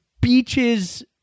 beaches